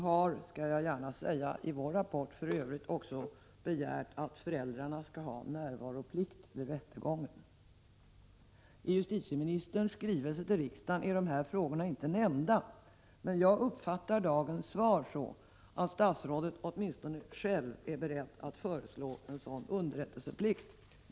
I rapporten begär vi också att föräldrarna skall ha närvaroplikt vid rättegången. I justitieministerns skrivelse till riksdagen nämns inte de här frågorna, men jag uppfattar dagens svar så att statsrådet åtminstone själv är beredd att föreslå en sådan underrättelseplikt.